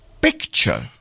picture